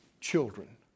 children